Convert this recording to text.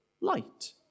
Light